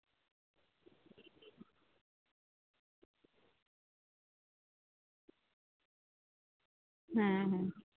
ᱦᱮᱸ ᱦᱮᱸ